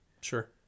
Sure